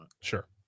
Sure